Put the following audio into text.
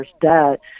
debt